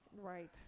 Right